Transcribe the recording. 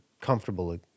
comfortable